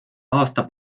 aasta